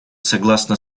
согласно